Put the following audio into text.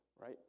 right